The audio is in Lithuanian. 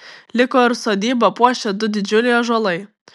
liko ir sodybą puošę du didžiuliai ąžuolai